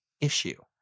issue